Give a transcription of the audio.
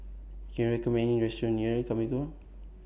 Can YOU recommend Me A Restaurant near Carmichael